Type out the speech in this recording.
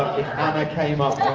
anna came up